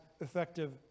effective